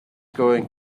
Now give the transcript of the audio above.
going